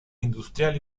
industrial